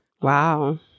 Wow